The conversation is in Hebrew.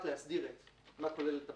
רק להסדיר מה כוללת הבקשה,